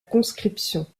conscription